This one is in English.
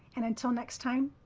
and until next time,